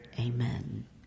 Amen